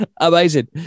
Amazing